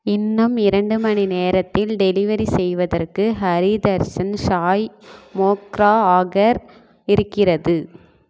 இன்னும் இரண்டு மணி நேரத்தில் டெலிவரி செய்வதற்கு ஹரி தர்ஷன் சாய் மோக்ரா அகர் இருக்கிறது